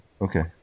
Okay